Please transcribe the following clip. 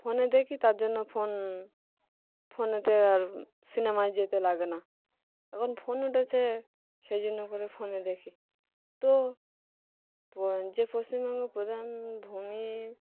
ফোনে দেখি তার জন্য ফোন ফোনেতে আর সিনেমায় যেতে লাগে না এখন ফোন উঠেছে সেই জন্য করে ফোনে দেখি তো যে পশ্চিমবঙ্গের প্রধান ভূমি